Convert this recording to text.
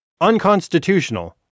unconstitutional